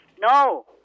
No